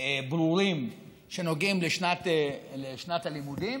ברורים שנוגעים לשנת הלימודים